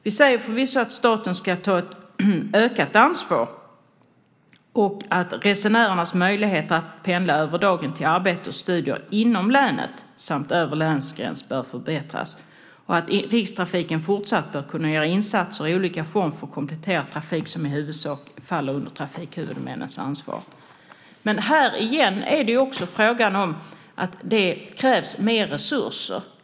Vi säger förvisso att staten ska ta ett ökat ansvar och att resenärernas möjligheter att pendla över dagen till arbete och studier inom länet samt över länsgräns bör förbättras och att Rikstrafiken fortsatt bör kunna göra insatser i olika form för att komplettera trafik som i huvudsak faller under trafikhuvudmännens ansvar, men här är det återigen också fråga om att det krävs mer resurser.